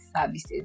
services